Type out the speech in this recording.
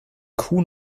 kuh